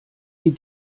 wie